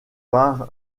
par